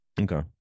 Okay